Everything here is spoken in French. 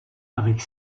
avec